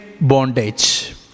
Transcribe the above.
bondage